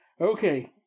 Okay